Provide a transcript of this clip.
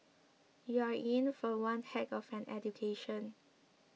you're in for one heck of an education